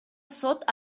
сот